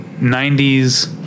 90s